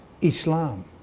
Islam